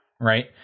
right